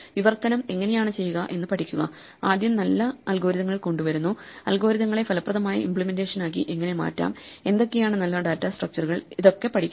വിവർത്തനം എങ്ങനെയാണ് ചെയ്യുക എന്ന് പഠിക്കുക ആദ്യം നല്ല അൽഗോരിതങ്ങൾ കൊണ്ട് വരുന്നു അൽഗോരിതങ്ങളെ ഫലപ്രദമായ ഇമ്പ്ലിമെന്റേഷൻ ആക്കി എങ്ങനെ മാറ്റാം എന്തൊക്കെയാണ് നല്ല ഡേറ്റാസ്ട്രക്ച്ചറുകൾ ഇതൊക്കെ പഠിക്കണം